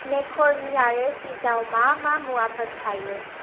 मेकेर'नि आरो चिजआव मा मा मुवाफोर थायो